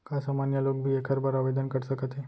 का सामान्य लोग भी एखर बर आवदेन कर सकत हे?